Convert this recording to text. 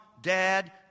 dad